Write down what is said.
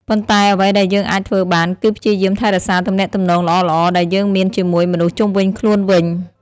ប៉ុន្តែអ្វីដែលយើងអាចធ្វើបានគឺព្យាយាមថែរក្សាទំនាក់ទំនងល្អៗដែលយើងមានជាមួយមនុស្សជុំវិញខ្លួនវិញ។